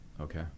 Okay